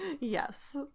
yes